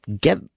get